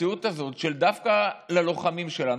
המציאות הזאת של דווקא ללוחמים שלנו,